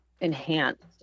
enhanced